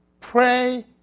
pray